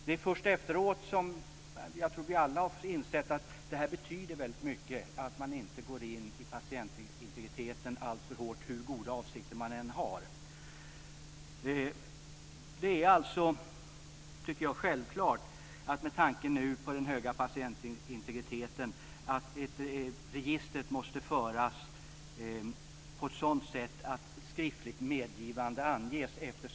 Jag tror att vi alla först efteråt har insett att det betyder väldigt mycket att man inte går alltför hårt fram med patientintegriteten, hur goda avsikter man än har. Jag tycker nu att det är självklart med tanke på den höga patientintegriteten att registret ska föras på ett sådant sätt att skriftligt medgivande anges.